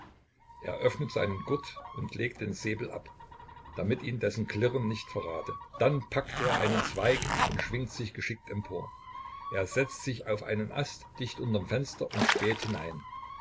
öffnet seinen gurt und legt den säbel ab damit ihn dessen klirren nicht verrate dann packt er einen zweig und schwingt sich geschickt empor er setzt sich auf einen ast dicht unterm fenster und späht hinein